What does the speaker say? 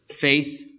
Faith